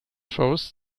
forest